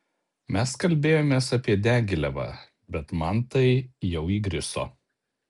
mes kalbėjomės apie diagilevą bet man tai jau įgriso